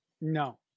No